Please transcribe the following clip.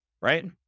right